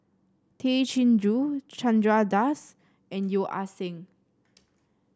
Tay Chin Joo Chandra Das and Yeo Ah Seng